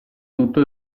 tutto